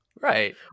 Right